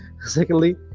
secondly